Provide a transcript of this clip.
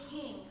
king